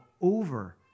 over